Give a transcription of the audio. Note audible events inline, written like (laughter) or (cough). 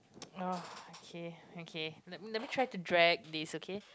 (noise) okay okay let let me try to drag this okay